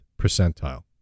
percentile